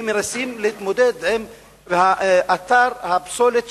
והם מנסים להתמודד עם אתר הפסולת,